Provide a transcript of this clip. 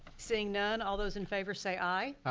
seeing none, all those in favor say aye! aye!